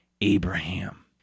Abraham